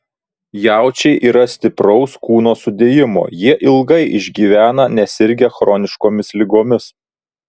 jaučiai yra stipraus kūno sudėjimo jie ilgai išgyvena nesirgę chroniškomis ligomis